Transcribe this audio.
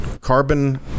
carbon